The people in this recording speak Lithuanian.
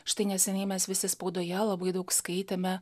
štai neseniai mes visi spaudoje labai daug skaitėme